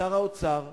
לשר האוצר,